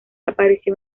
apareció